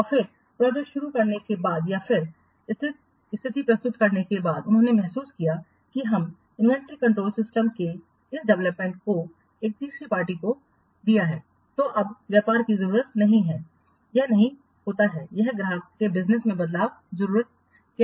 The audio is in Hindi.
और फिर प्रोजेक्ट शुरू करने के बाद या फिर स्थिति प्रस्तुत करने के बाद उन्होंने महसूस किया कि हम इन्वेंट्री कंट्रोल सिस्टम के इस डेवलपमेंट को एक तीसरी पार्टी को दिया है तो अब व्यापार की जरूरत नहीं है यह नहीं होता है यह ग्राहक के बिजनेस में बदलाव जरूरत है